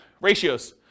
Ratios